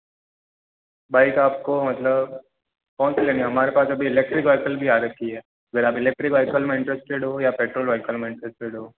bike आपको मतलब कौनसी लेनी है हमारे पास अभी इलेक्ट्रिक वेहिकल भी आ रखी है अगर आप वेहिकल में इंट्रेस्टेड हो या पेट्रोल वेहिकल में इंट्रेस्टेड हो